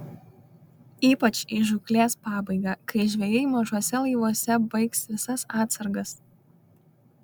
ypač į žūklės pabaigą kai žvejai mažuose laivuose baigs visas atsargas